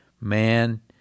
man